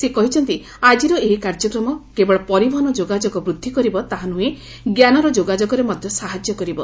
ସେ କହିଛନ୍ତି ଆଜିର ଏହି କାର୍ଯ୍ୟକ୍ରମ କେବଳ ପରିବହନ ଯୋଗାଯୋଗ ବୃଦ୍ଧି କରିବ ତାହା ନୃହେଁ ଜ୍ଞାନର ଯୋଗାଯୋଗରେ ମଧ୍ୟ ସାହାଯ୍ୟ କରିବ